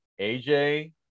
AJ